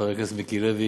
חבר הכנסת מיקי לוי,